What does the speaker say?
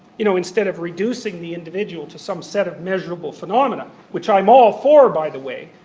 you know, instead of reducing the individual to some set of measurable phenomena, which i'm all for by the way,